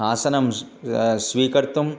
आसनं स् स्वीकर्तुम्